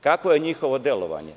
Kakvo je njihovo delovanje?